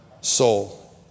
soul